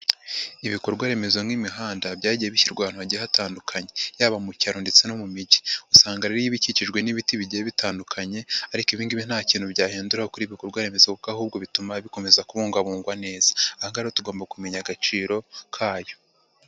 Ibikorwa remezo nk'imihanda byagiye bishyirwa ahantu hajya hatandukanye yaba mu cyaro ndetse no mu mijyi, usanga rero iba ikikijwe n'ibiti bigiye bitandukanye ariko ibi ngibi nta kintu byahindura kuri ibi bikorwa remezo kuko ahubwo bituma bikomeza kubungabungwa neza, aha ngaha rero tugomba kumenya agaciro kayo.